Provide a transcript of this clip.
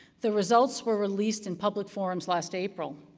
the results were released in public forums last april.